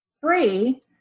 Three